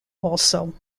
also